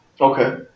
Okay